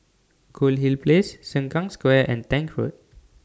Goldhill Place Sengkang Square and Tank Road